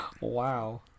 wow